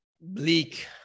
Bleak